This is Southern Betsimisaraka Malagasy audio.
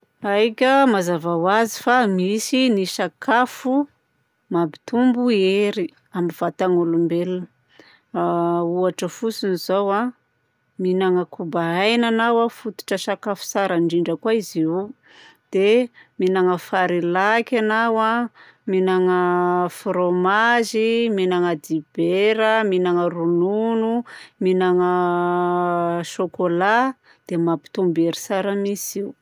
Aika, mazava ho azy fa misy ny sakafo mampitombo hery amin'ny vatan'olombelona. A ohatra fotsiny izao a: mihinagna koba aina anao a fototra sakafo tsara indrindra koa izy io; dia mihinagna farilaky ianao a, mihinagna fromage, mihinagna dibera, mihinagna ronono, mihinagna chocolat dia mampitombo hery tsara mihitsy.